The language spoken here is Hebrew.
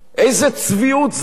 איזו צביעות זאת.